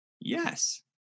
Yes